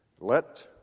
Let